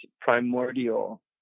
primordial